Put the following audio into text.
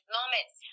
moments